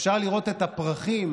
אפשר לראות את הפרחים